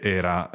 era